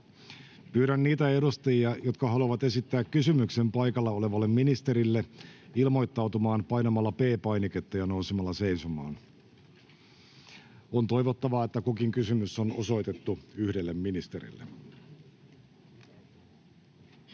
Pyydän niitä edustajia, jotka haluavat esittää kysymyksen paikalla olevalle ministerille, ilmoittautumaan painamalla P-painiketta ja nousemalla seisomaan. On toivottavaa, että kukin kysymys on osoitettu yhdelle ministerille.